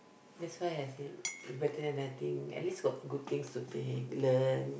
that's why I say it's better than nothing at least got good things to take learn